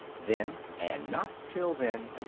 then, and not till then,